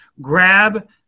Grab